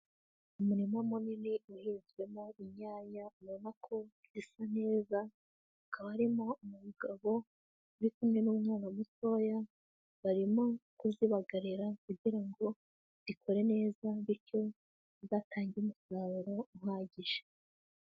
Umurima munini uhinzwemo inyanya ubona ko zisa neza, hakaba hakaba harimo umugabo uri kumwe n'umwana mutoya, barimo kuzibagarira kugira ngo zikure neza bityo zizatange umusaruro uhagije.